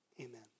Amen